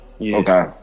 Okay